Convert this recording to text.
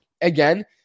again